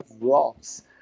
rocks